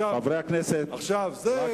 זה תרגיל לא נורמלי.